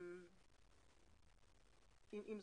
זה